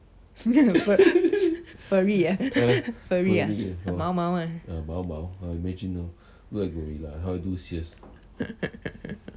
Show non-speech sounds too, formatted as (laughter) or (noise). (laughs) furry ah furry ah 毛毛 ah (laughs)